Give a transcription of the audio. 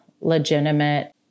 legitimate